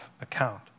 account